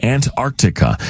Antarctica